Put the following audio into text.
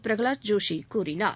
பிரஹலாத் ஜோஷி கூறினார்